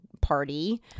party